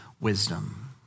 wisdom